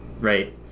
right